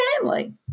family